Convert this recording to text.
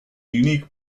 unique